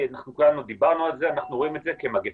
אנחנו דיברנו על זה, אנחנו רואים את זה כמגפה.